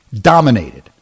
Dominated